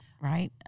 right